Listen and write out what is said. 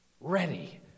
ready